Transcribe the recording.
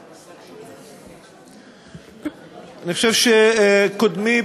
אני חושב שקודמי